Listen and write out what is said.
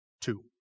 Two